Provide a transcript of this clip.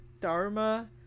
Dharma